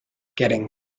getting